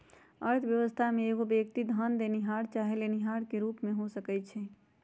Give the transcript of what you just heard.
अर्थव्यवस्था में एगो व्यक्ति धन देनिहार चाहे लेनिहार के रूप में हो सकइ छइ